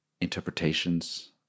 interpretations